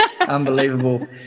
Unbelievable